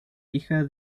hija